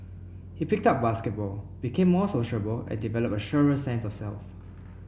he picked up basketball became more sociable and developed a surer sense of self